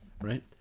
right